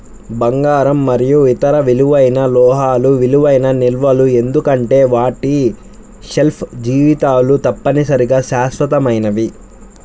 బంగారం మరియు ఇతర విలువైన లోహాలు విలువైన నిల్వలు ఎందుకంటే వాటి షెల్ఫ్ జీవితాలు తప్పనిసరిగా శాశ్వతమైనవి